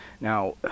Now